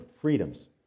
freedoms